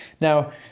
Now